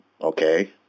okay